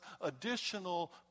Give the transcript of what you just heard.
additional